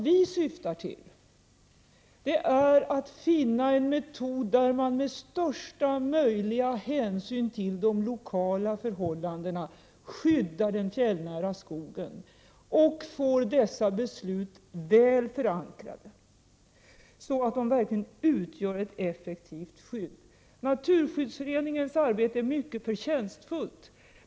Vi syftar till att finna en metod, där man med största möjliga hänsyn till de lokala förhållandena skyddar de fjällnära skogarna. Det gäller att få dessa beslut väl förankrade så att de verkligen utgör ett effektivt skydd. Naturskyddsföreningens arbete är mycket förtjänstfullt.